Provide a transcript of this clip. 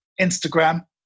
Instagram